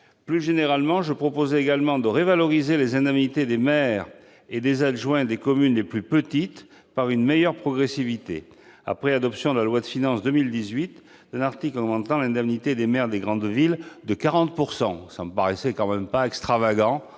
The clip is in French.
Plus généralement, je proposais de revaloriser les indemnités des maires et des adjoints des communes les plus petites, par une meilleure progressivité. Après l'adoption, dans la loi de finances pour 2018, d'un article augmentant l'indemnité des maires des grandes villes de 40 %, cela ne me paraissait tout de même pas extravagant